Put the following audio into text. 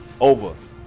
Over